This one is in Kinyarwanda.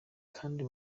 kandi